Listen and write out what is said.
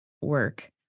work